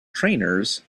trainers